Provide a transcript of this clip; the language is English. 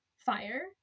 Fire